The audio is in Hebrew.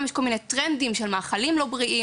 גם יש כל מיני טרנדים של מאכלים לא בריאים,